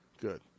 good